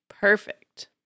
Perfect